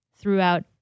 throughout